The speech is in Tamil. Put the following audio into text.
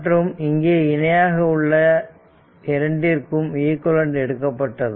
மற்றும் இங்கே இணையாக உள்ள இரண்டிற்கும் ஈக்குவேலன்ட் எடுக்கப்பட்டது